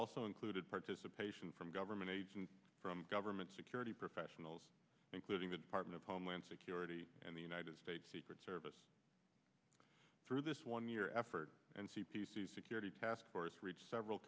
also included participation from government agents from government security professionals including the department of homeland security and the united states secret service through this one year effort and c p c security task force reached several